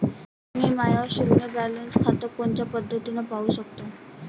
मी माय शुन्य बॅलन्स खातं कोनच्या पद्धतीनं पाहू शकतो?